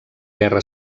guerra